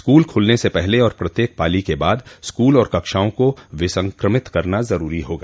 school खुलने से पहले और प्रत्येक पाली के बाद स्कूल और कक्षाओं को विसंक्रमित करना जरूरी होगा